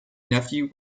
nephew